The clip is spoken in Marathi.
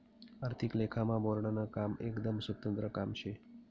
आर्थिक लेखामा बोर्डनं काम एकदम स्वतंत्र काम शे